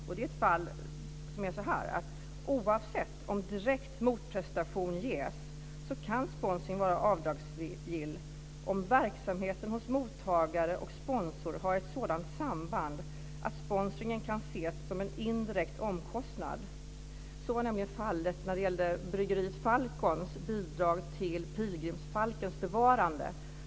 Det är ett fall som är så här: Oavsett om direkt motprestation ges kan sponsring vara avdragsgill om verksamheten hos mottagare och sponsor har ett sådant samband att sponsringen kan ses som en indirekt omkostnad. Så var fallet när det gäller byggeriet Falcons bidrag till pilgrimsfalkens bevarande.